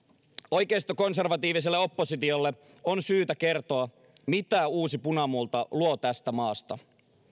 oikeistokonservatiiviselle oppositiolle on syytä kertoa mitä uusi punamulta luo tästä maasta